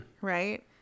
right